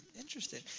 Interesting